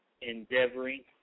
endeavoring